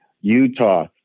Utah